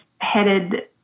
headed